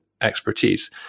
expertise